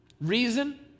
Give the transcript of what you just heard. Reason